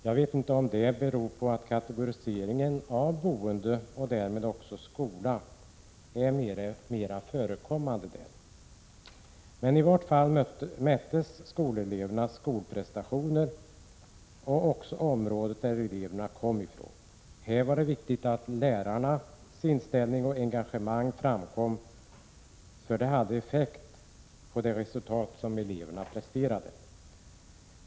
Jag vet inte om det beror på att kategoriseringen av boendet och därmed också skolan är mera förekommande där. I vart fall mättes skolelevernas skolprestationer och också det område från vilket eleverna kom. Här var det viktigt att lärarnas inställning och engagemang framkom, för det hade effekt på det resultat som eleverna presterade.